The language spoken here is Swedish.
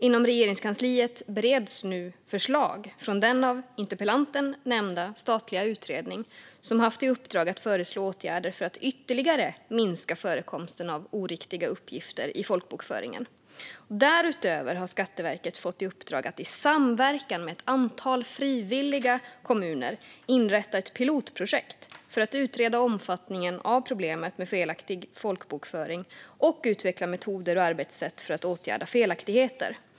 Inom Regeringskansliet bereds nu förslag från den av interpellanten nämnda statliga utredning som haft i uppdrag att föreslå åtgärder för att ytterligare minska förekomsten av oriktiga uppgifter i folkbokföringen. Därutöver har Skatteverket fått i uppdrag att i samverkan med ett antal frivilliga kommuner inrätta ett pilotprojekt för att utreda omfattningen av problemet med felaktig folkbokföring och utveckla metoder och arbetssätt för att åtgärda felaktigheter.